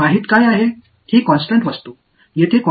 இந்த சிக்கலை தீர்க்க நமக்கு போதுமானதா